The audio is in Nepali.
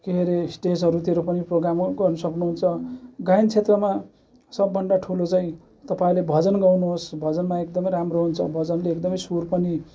के अरे स्टेजहरूतिर पनि प्रोग्राम गर्नु सक्नुहुन्छ गायन क्षेत्रमा सब भन्दा ठुलो चाहिँ तपाईँहरूले भजन गाउनुहोस् भजनमा एकदमै राम्रो हुन्छ भजनले एकदमै स्वर पनि